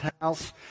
house